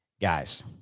Guys